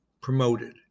promoted